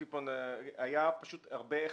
היו פשוט הרבה החזרים.